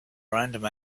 random